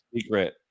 secret